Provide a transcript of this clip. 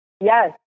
Yes